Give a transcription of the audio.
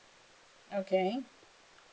okay